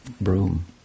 broom